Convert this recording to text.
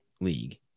league